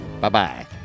Bye-bye